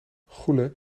goele